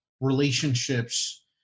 relationships